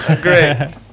great